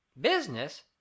Business